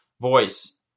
voice